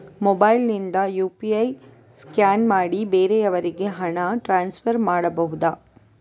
Mobile ನಿಂದ UPI scan ಮಾಡಿ ಬೇರೆಯವರಿಗೆ ಹಣ ಟ್ರಾನ್ಸ್ಫರ್ ಮಾಡಬಹುದ?